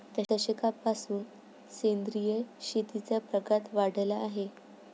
दशकापासून सेंद्रिय शेतीचा प्रघात वाढला आहे